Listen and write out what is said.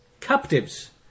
captives